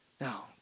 Now